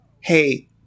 hey